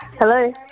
Hello